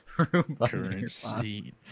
currency